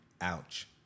Ouch